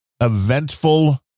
eventful